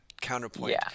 counterpoint